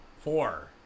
four